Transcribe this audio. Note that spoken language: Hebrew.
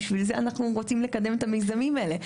בשביל זה אנחנו רוצים לקדם את המיזמים האלה.